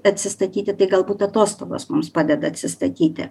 atsistatyti tai galbūt atostogos mums padeda atsistatyti